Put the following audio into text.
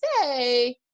say